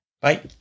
Bye